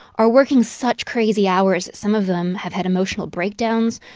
are working such crazy hours. some of them have had emotional breakdowns.